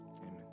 Amen